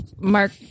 mark